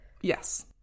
Yes